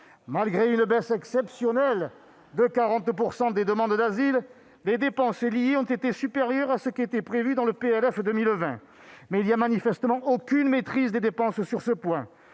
Malgré une baisse exceptionnelle de 40 % des demandes d'asile, les dépenses liées ont été supérieures à ce qui était prévu dans le PLF pour 2020. Il n'y a manifestement aucune maîtrise des dépenses sur ce point.